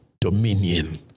dominion